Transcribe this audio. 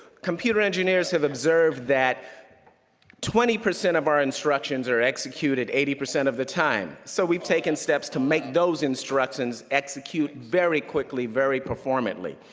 computer engineers have observed that twenty percent of our instructions are executed eighty percent of the time, so we've taken steps to make those instructions execute very quickly, very performantly,